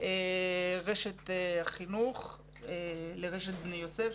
רשת החינוך לבין רשת בני יוסף,